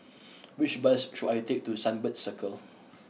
which bus should I take to Sunbird Circle